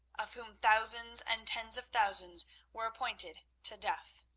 of whom thousands and tens of thousands were appointed to death.